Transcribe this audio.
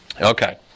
Okay